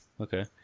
Okay